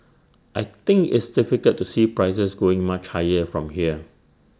I think it's difficult to see prices going much higher from here